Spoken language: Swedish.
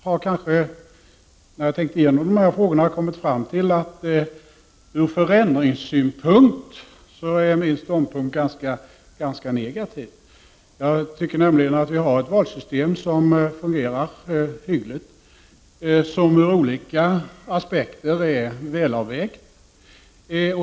När jag har tänkt igenom dessa frågor har jag kommit fram till att min ståndpunkt ur förändringssynpunkt är ganska negativ. Jag tycker att vi har ett valsystem som fungerar hyggligt, som ur olika aspekter är väl avvägt.